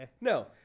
No